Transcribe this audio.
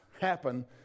happen